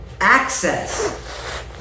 access